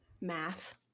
Math